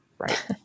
Right